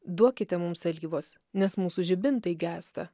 duokite mums alyvos nes mūsų žibintai gęsta